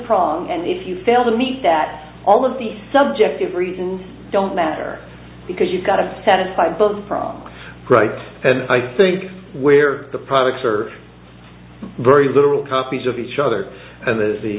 prong and if you fail to meet that all of the subjective reasons don't matter because you've got to satisfy both from right and i think where the products are very literal copies of each other and as the